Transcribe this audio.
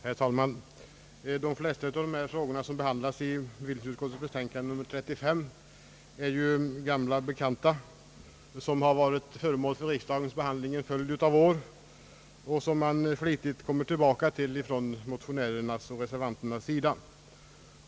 Herr talman! De flesta av de frågor som behandlas i bevillningsutskottets betänkande nr 35 är ju gamla bekanta, som varit föremål för riksdagens behandling en följd av år och som man flitigt kommer tillbaka till från motionärer och reservanter.